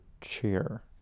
chair